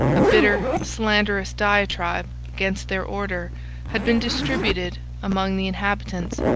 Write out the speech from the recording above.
a bitter, slanderous diatribe against their order had been distributed among the inhabitants,